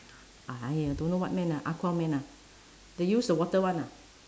!aiya! don't know what man ah aquaman ah the use the water one ah